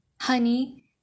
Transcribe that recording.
Honey